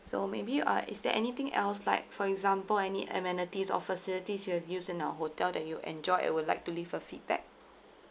so maybe you uh is there anything else like for example any amenities or facilities you have used in our hotel that you enjoyed and would like to leave a feedback